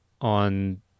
on